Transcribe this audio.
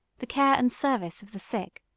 the care and service of the sick.